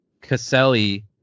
Caselli